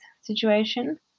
situation